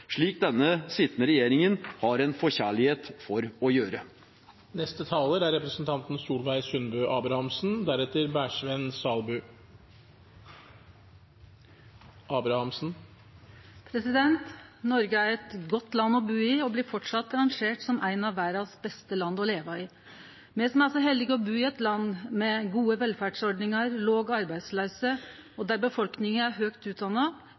slik den sittende regjeringen har en forkjærlighet for å gjøre. Noreg er eit godt land å bu i og blir framleis rangert som eit av verdas beste land å leve i. Me som er så heldige å bu i eit land med gode velferdsordningar, låg arbeidsløyse og der befolkninga er høgt utdanna,